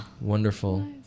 wonderful